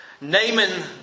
Naaman